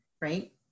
right